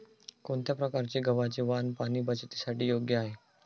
कोणत्या प्रकारचे गव्हाचे वाण पाणी बचतीसाठी योग्य आहे?